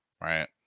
right